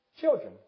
children